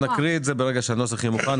נקרא את זה כמובן שוב כאשר הנוסח יהיה מוכן.